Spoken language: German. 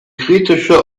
kritische